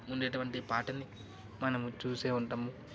ఉండేటువంటి పాటలని మనం చూసే ఉంటాము